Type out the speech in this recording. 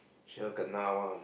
sure kena one